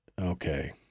Okay